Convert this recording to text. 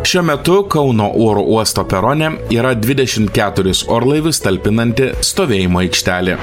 šiuo metu kauno oro uosto perone yra dvidešim keturis orlaivius talpinanti stovėjimo aikštelė